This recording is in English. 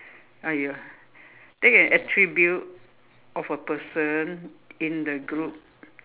!aiya! take an attribute of a person in the group